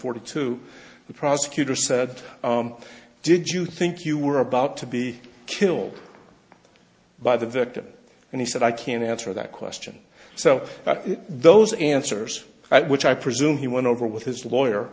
forty two the prosecutor said did you think you were about to be killed by the victim and he said i can't answer that question so that those answers that which i presume he went over with his lawyer